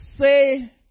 say